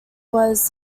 was